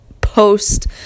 post